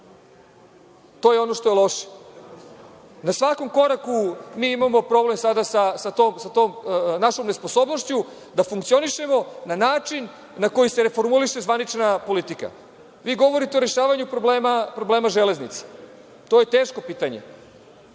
To je ono što je loše. Na svakom koraku mi imamo problem sada sa tom našom nesposobnošću da funkcionišemo na način na koji se reformuliše zvanična politika. Vi govorite o rešavanju problema železnice. To je teško pitanje,